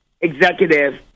executive